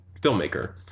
filmmaker